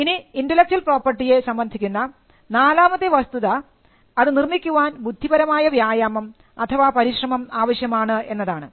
ഇനി ഇന്റെലക്ച്വൽ പ്രോപ്പർട്ടിയെ സംബന്ധിക്കുന്ന നാലാമത്തെ വസ്തുത അത് നിർമ്മിക്കുവാൻ ബുദ്ധിപരമായ വ്യായാമം അഥവാ പരിശ്രമം ആവശ്യമാണ് എന്നതാണ്